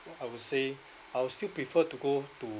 I would say I will still prefer to go to